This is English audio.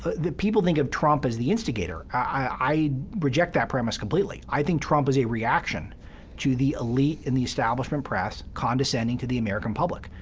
people think of trump as the instigator. i reject that premise completely. i think trump is a reaction to the elite and the establishment press condescending to the american public,